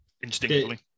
instinctively